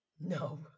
no